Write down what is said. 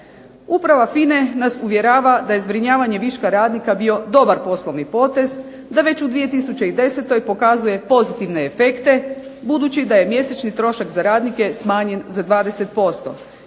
Uprava FINA-e nas uvjerava da je zbrinjavanje viška radnika bio dobar poslovni potez, da već u 2010. pokazuje pozitivne efekte budući je mjesečni trošak za radnike smanjen za 20%